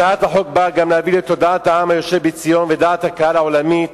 הצעת החוק באה גם להביא לתודעת העם היושב בציון ודעת הקהל העולמית